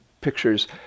pictures